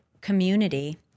community